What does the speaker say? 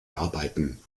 arbeiten